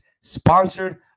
sponsored